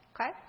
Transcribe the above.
Okay